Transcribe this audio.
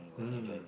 mm